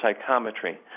psychometry